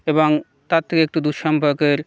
এবং তার থেকে একটু দূরসম্পর্কের